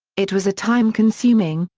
it was a time consuming,